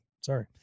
Sorry